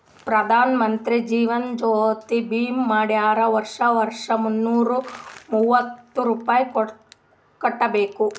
ಪ್ರಧಾನ್ ಮಂತ್ರಿ ಜೀವನ್ ಜ್ಯೋತಿ ಭೀಮಾ ಮಾಡ್ಸುರ್ ವರ್ಷಾ ವರ್ಷಾ ಮುನ್ನೂರ ಮೂವತ್ತ ರುಪಾಯಿ ಕಟ್ಬಬೇಕ್